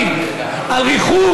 לרצונם.